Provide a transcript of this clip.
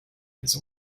his